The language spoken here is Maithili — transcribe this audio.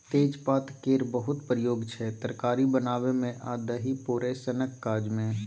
तेजपात केर बहुत प्रयोग छै तरकारी बनाबै मे आ दही पोरय सनक काज मे